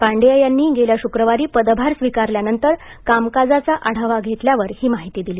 पाण्डेय यांनी गेल्या शुक्रवारी पदभार स्वीकारल्यानंतर कामकाजाचा आढावा घेतल्यावर ही माहिती त्यांनी दिली